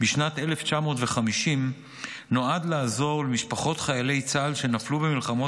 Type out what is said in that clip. בשנת 1950 הייתה לעזור למשפחות חיילי צה"ל שנפלו במלחמות